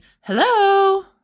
hello